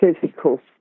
physical